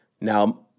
Now